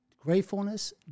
Gratefulness